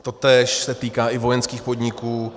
Totéž se týká vojenských podniků.